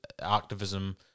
activism